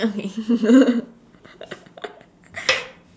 okay